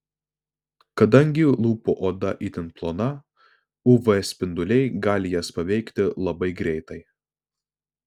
kadangi lūpų oda itin plona uv spinduliai gali jas paveikti labai greitai